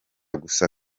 gusa